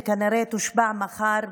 וכנראה תושבע מחר,